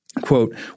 Quote